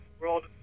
World